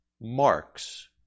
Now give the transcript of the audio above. Marks